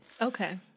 Okay